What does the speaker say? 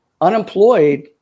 unemployed